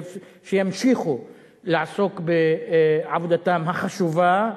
ושימשיכו לעסוק בעבודתם החשובה.